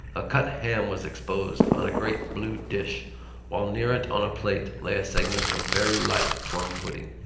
a cut ham was exposed on a great blue dish while near it on a plate lay a segment of very light plum-pudding.